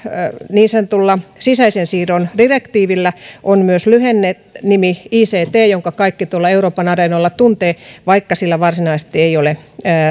niin sanotulla sisäisen siirron direktiivillä on myös lyhennenimi ict jonka kaikki tuolla euroopan areenoilla tuntevat vaikka sillä varsinaisesti ei ole